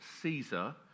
Caesar